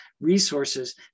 resources